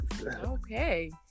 Okay